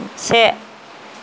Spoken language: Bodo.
से